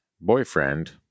boyfriend